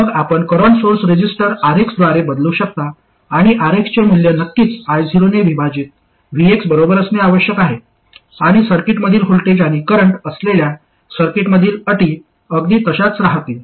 मग आपण current source resistor Rx द्वारे बदलू शकता आणि Rx चे मूल्य नक्कीच I0 ने विभाजित Vx बरोबर असणे आवश्यक आहे आणि सर्किटमधील व्होल्टेज आणि करंट असलेल्या सर्किटमधील अटी अगदी तशाच राहतील